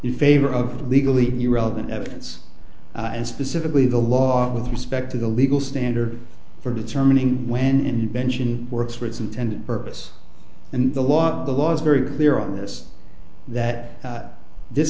in favor of the legally irrelevant evidence and specifically the law with respect to the legal standard for determining when invention works for its intended purpose and the law the law is very clear on this that this